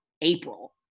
April